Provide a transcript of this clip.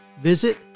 Visit